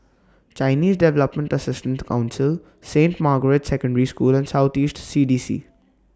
Chinese Development Assistance Council Saint Margaret's Secondary School and South East C D C